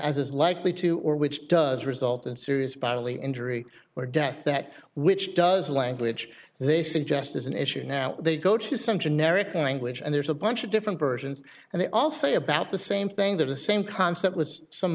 is likely to or which does result in serious bodily injury or death that which does language they suggest is an issue now they go to some generic language and there's a bunch of different versions and they all say about the same thing to the same concept with some